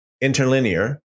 interlinear